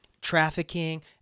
trafficking